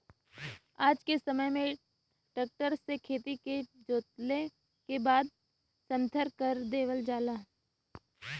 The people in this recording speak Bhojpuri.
आज के समय में ट्रक्टर से खेत के जोतले के बाद समथर कर देवल जाला